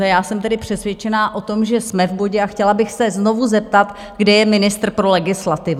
Já jsem tedy přesvědčená o tom, že jsme v bodě, a chtěla bych se znovu zeptat kde je ministr pro legislativu?